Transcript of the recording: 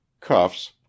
cuffs